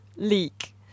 Leak